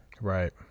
right